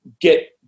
get